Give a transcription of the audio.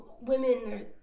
women